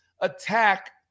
attack